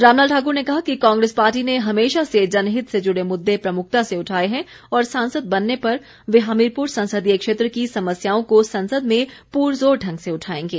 रामलाल ठाकुर ने कहा कि कांग्रेस पार्टी ने हमेशा से जनहित से जुड़े मुददे प्रमुखता से उठाए हैं और सांसद बनने पर वे हमीरपुर संसदीय क्षेत्र की समस्याओं को संसद में पुरज़ोर ढंग से उठाएंगे